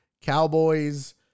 Cowboys